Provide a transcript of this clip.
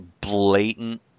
blatant